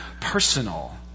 personal